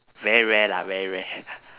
very rare lah very rare